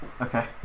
Okay